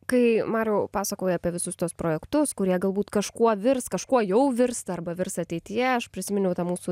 kai mariau pasakojai apie visus tuos projektus kurie galbūt kažkuo virs kažkuo jau virsta arba virs ateityje aš prisiminiau tą mūsų